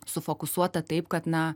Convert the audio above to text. sufokusuota taip kad na